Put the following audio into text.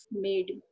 made